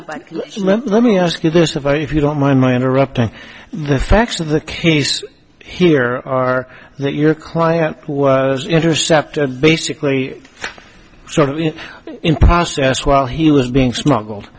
ask you this very if you don't mind my interrupting the facts of the case here are that your client was intercepted basically so in process while he was being smuggled